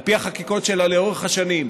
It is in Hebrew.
על פי החקיקות שלה לאורך השנים,